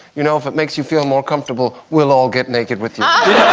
you know, if it makes you feel more comfortable. we'll all get naked with ah